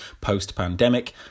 post-pandemic